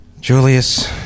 Julius